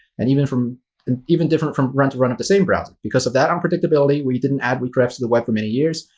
and even from an even different from run to run of the same browser. because of that unpredictability, we didn't add weakrefs to the web for many years.